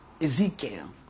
Ezekiel